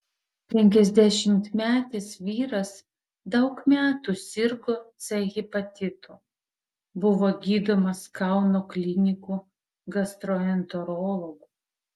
penkiasdešimtmetis vyras daug metų sirgo c hepatitu buvo gydomas kauno klinikų gastroenterologų